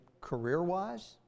career-wise